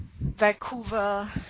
Vancouver